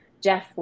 Jeff